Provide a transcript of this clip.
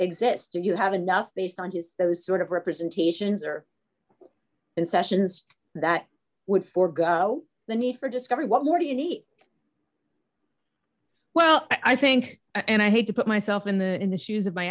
exist or you have enough based on his those sort of representations or in sessions that would forego the need for discovery what more do you need well i think and i hate to put myself in the in the shoes of my